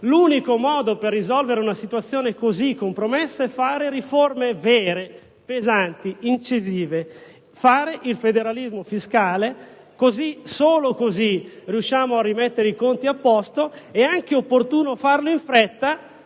L'unico modo per risolvere una situazione così compromessa è fare riforme vere, pesanti, incisive e attuare il federalismo fiscale. Solo così riusciamo a mettere i conti a posto, ed è anche opportuno farlo in fretta